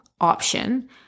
option